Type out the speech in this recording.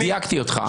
דייקתי אותך.